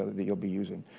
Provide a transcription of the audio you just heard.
that you'll be using.